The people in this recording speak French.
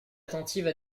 attentive